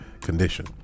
condition